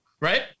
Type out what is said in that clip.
right